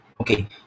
okay